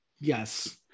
Yes